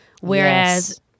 Whereas